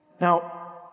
Now